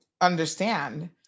understand